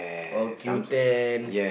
or Q-ten